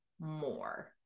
more